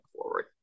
forward